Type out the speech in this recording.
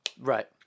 Right